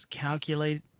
calculate